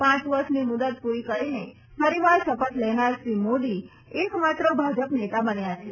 પાંચ વર્ષની મુદ્દત પ્રરી કરીને ફરીવાર શપથ લેનાર શ્રી મોદી એક માત્ર ભાજપ નેતા બન્યા છે